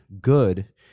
good